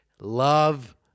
Love